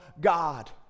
God